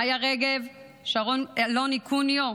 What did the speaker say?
מיה רגב ושרון אלוני קוניו,